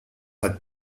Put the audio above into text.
had